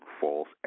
false